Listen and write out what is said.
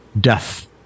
Death